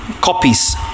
copies